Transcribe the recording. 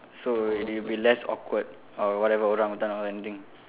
so it will be less awkward or whatever orangutan or anything